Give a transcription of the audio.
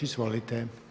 Izvolite.